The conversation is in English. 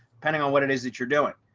depending on what it is that you're doing.